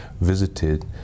visited